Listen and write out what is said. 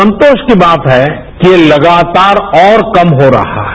संतोष की बात है कि लगातार औरकम हो रहा है